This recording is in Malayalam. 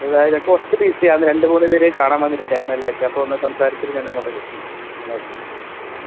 എന്തായാലും കുറച്ച് ബിസിയാണ് രണ്ട് മൂന്ന് പേര് കാണാൻ വന്നിട്ടുണ്ട് എം എൽ എ ഒക്കെ അപ്പോൾ ഒന്ന് സംസാരിച്ചിട്ട് ഞാൻ അങ്ങോട്ടേക്ക് വിളിക്കും ഓക്കെ ഓക്കെ